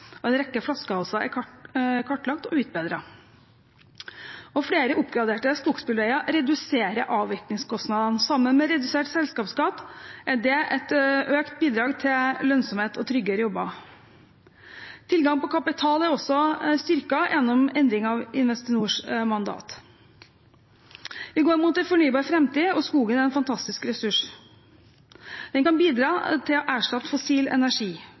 En rekke flaskehalser er kartlagt og utbedret. Flere oppgraderte skogsbilveier reduserer avvirkningskostnadene. Sammen med redusert selskapsskatt er det et økt bidrag til lønnsomhet og tryggere jobber. Tilgangen på kapital er også styrket gjennom endringen av Investinors mandat. Vi går mot en fornybar framtid, og skogen er en fantastisk ressurs. Den kan bidra til å erstatte fossil energi